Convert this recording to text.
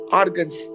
organs